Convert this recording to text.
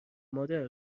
مادر